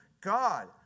God